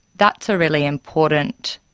that's a really important